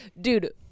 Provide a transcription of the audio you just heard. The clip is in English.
dude